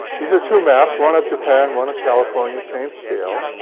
these are two maps one of japan, one of california. same scale.